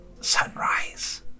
sunrise